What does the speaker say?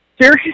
serious